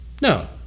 no